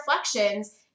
reflections